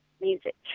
music